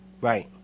Right